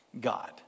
God